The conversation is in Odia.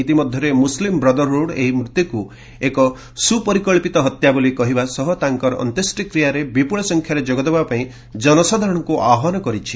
ଇତିମଧ୍ୟରେ ମୁସଲିମ୍ ବ୍ରଦରହୁଡ୍ ଏହି ମୃତ୍ୟୁକୁ ଏକ ସୁପରିକକ୍ସିତ ହତ୍ୟା ବୋଲି କହିବା ସହ ତାଙ୍କର ଅନ୍ତ୍ୟେଷ୍ଟିକ୍ରିୟାରେ ବିପୁଳ ସଂଖ୍ୟାରେ ଯୋଗଦେବା ପାଇଁ ଜନସାଧାରଣଙ୍କୁ ଆହ୍ୱାନ କରିଛି